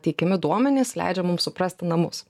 teikiami duomenys leidžia mum suprasti namus